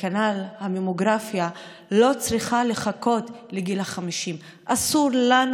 וכנ"ל הממוגרפיה לא צריכה לחכות לגיל 50. אסור לנו